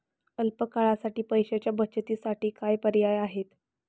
अल्प काळासाठी पैशाच्या बचतीसाठी काय पर्याय आहेत?